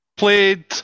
Played